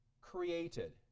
created